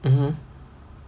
mmhmm